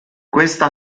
questa